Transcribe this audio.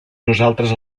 nosaltres